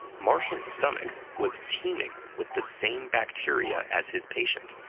marshall's stomach was teeming with the same bacteria as his patient.